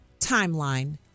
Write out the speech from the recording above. timeline